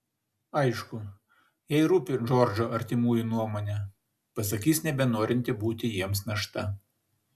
aišku jai rūpi džordžo artimųjų nuomonė pasakys nebenorinti būti jiems našta